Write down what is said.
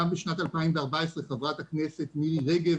גם בשנת 2014 חברת הכנסת מירי רגב,